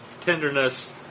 tenderness